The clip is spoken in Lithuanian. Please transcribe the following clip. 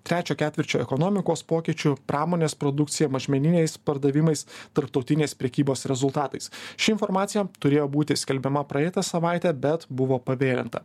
trečio ketvirčio ekonomikos pokyčių pramonės produkcija mažmeniniais pardavimais tarptautinės prekybos rezultatais ši informacija turėjo būti skelbiama praeitą savaitę bet buvo pavėlinta